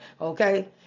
okay